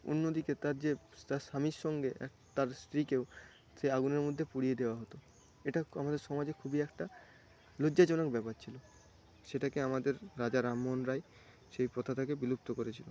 অন্যদিকে তার যে তার স্বামীর সঙ্গে তার স্ত্রীকেও সেই আগুনের মধ্যে পুড়িয়ে দেওয়া হত এটা আমাদের সমাজে খুবই একটা লজ্জাজনক ব্যাপার ছিল সেটাকে আমাদের রাজা রামমোহন রায় সেই প্রথাটাকে বিলুপ্ত করেছিল